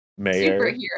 superhero